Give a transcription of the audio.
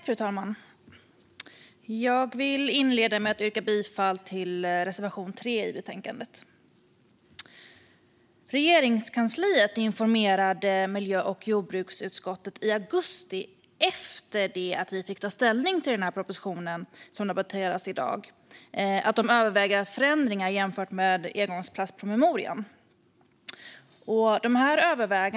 Fru talman! Jag vill inleda med att yrka bifall till reservation 3 i betänkandet. I augusti, efter det att vi fick ta ställning till den proposition som debatteras i dag, informerade Regeringskansliet miljö och jordbruksutskottet om att man överväger förändringar jämfört med engångsplastpromemorian.